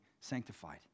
sanctified